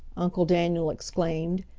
uncle daniel exclaimed,